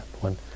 One